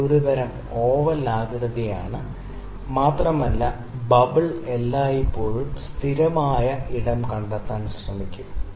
ഇത് ഒരുതരം ഓവൽ ആകൃതിയാണ് മാത്രമല്ല ബബിൾ എല്ലായ്പ്പോഴും സ്ഥിരമായ ഇടം കണ്ടെത്താൻ ശ്രമിക്കും